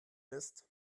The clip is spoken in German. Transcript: ist